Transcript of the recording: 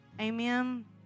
amen